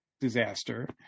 disaster